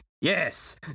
Yes